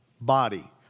Body